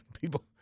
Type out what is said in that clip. people